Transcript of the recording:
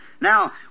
Now